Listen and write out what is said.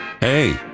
Hey